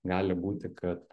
gali būti kad